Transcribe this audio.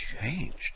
changed